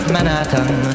Manhattan